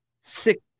six